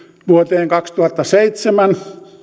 vuoteen kaksituhattaseitsemän